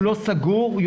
סגור,